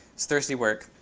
it's thirsty work.